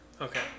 Okay